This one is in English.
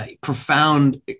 profound